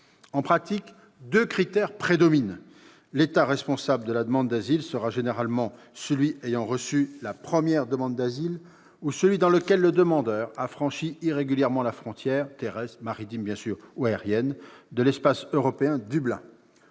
En pratique, deux critères prédominent. Tout d'abord, l'État responsable de la demande d'asile sera généralement celui qui a reçu la première demande d'asile ou celui dans lequel le demandeur a franchi irrégulièrement la frontière, terrestre, maritime ou aérienne, de l'espace européen Dublin.